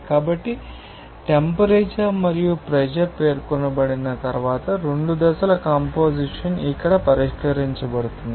కాబట్టి టెంపరేచర్ మరియు ప్రెషర్ పేర్కొనబడిన తర్వాత రెండు దశల కంపొజిషన్ అక్కడ పరిష్కరించబడుతుంది